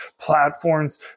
platforms